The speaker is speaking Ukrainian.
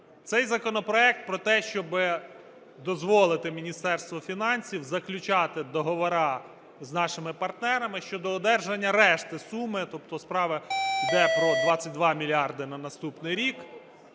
Цей законопроект про те, щоб дозволити Міністерству фінансів заключати договори з нашими партнерами щодо одержання решти суми, тобто справа йде про 22 мільярди на наступний рік,